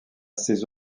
ces